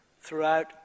throughout